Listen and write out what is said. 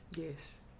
Yes